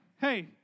Hey